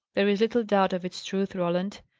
there is little doubt of its truth, roland,